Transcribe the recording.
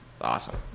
Awesome